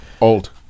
old